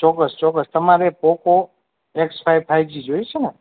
ચોક્કસ ચોક્કસ તમારે Poco X five five G જોઈએ છે ને